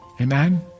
amen